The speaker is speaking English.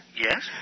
Yes